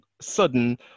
sudden